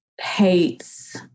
hates